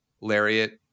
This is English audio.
lariat